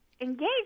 engage